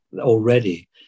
already